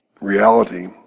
reality